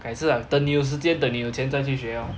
该次啊等你有时间等你有钱再去学 lor